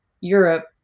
Europe